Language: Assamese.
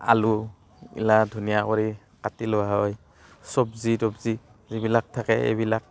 আলু এইগিলা ধুনীয়া কৰি কাটি লোৱা হয় চবজি তবজি যিবিলাক থাকে এইবিলাক